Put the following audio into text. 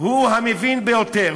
הוא המבין ביותר,